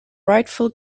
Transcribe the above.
rightful